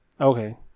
Okay